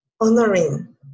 Honoring